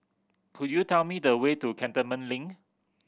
could you tell me the way to Cantonment Link